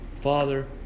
Father